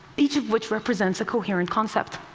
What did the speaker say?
each of which represents a coherent concept.